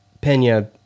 Pena